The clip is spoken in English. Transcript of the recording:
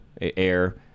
air